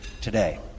today